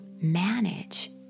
manage